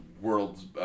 World's